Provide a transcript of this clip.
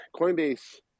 Coinbase